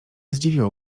zdziwiło